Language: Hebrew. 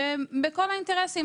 עם כל מיני אינטרסים.